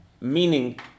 meaning